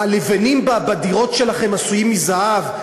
הלבנים בדירות שלכם עשויות מזהב?